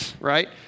right